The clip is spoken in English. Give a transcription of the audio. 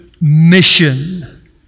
mission